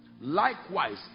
Likewise